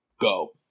go